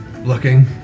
looking